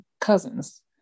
cousins